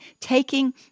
taking